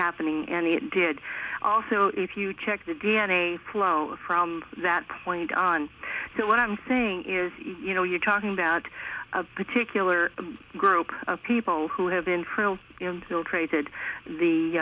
happening and it did also if you check the d n a flow from that point on to what i'm saying is you know you're talking about a particular group of people who have been fra